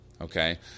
Okay